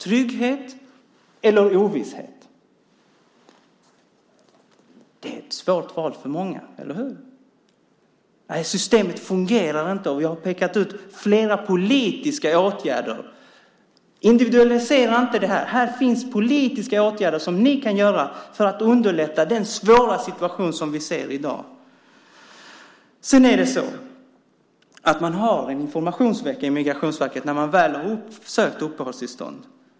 Trygghet eller ovisshet, det är ett svårt val för många. Eller hur? Systemet fungerar inte, och jag har pekat ut flera politiska åtgärder. Individualisera inte det här. Här finns politiska åtgärder som ni kan vidta för att underlätta den svåra situation som vi ser i dag. Man har en informationsvecka i Migrationsverket när man väl har sökt uppehållstillstånd.